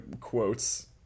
quotes